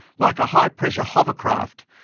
like a high pressure hovercraft,